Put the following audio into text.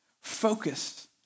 focus